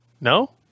No